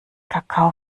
kakao